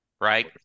right